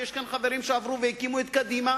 ויש כאן חברים שעברו והקימו את קדימה